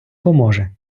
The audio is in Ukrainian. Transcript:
поможе